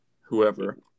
whoever